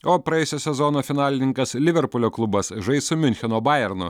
o praėjusio sezono finalininkas liverpulio klubas žais su miuncheno bajernu